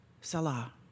Salah